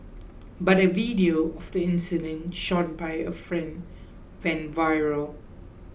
but a video of the incident shot by a friend went viral